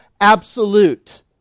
absolute